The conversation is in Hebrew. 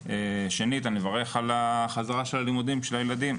שנית, אני מברך על חזרתם ללימודים של הילדים.